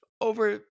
over